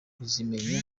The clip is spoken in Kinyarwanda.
kuzimenya